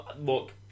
look